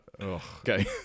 okay